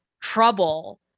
trouble